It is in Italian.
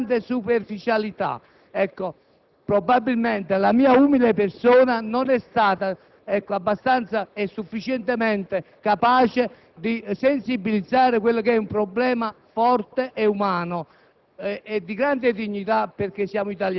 ha trattato la questione con grande superficialità. Probabilmente la mia umile persona non è stata abbastanza e sufficientemente capace di fare opera di sensibilizzazione su un problema forte e umano